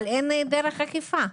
אבל אין דרך אכיפה.